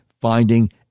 finding